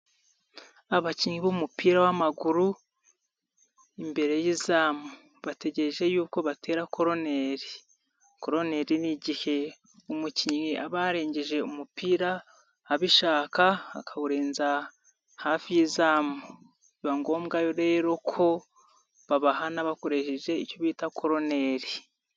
Abakinnyi b'umupira w'amaguru, imbere y'izamu bategereje yuko batera koroneri, koroneri ni igihe umukinnyi aba yarengeje umupira abishaka akawurenza hafi y'izamu, biba ngombwa rero ko babahana bakoresheje icyo bita koroneri.